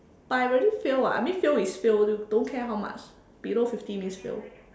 but I really fail [what] I mean fail is fail you don't care how much below fifty means fail